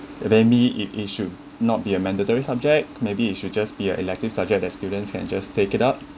maybe in issue not be a mandatory subject maybe it you should just be a elective subjects that students can you just take it up